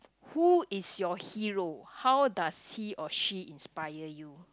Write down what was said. who is your hero how does he or she inspire you